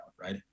right